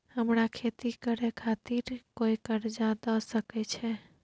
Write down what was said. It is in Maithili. हमरा खेती करे खातिर कोय कर्जा द सकय छै?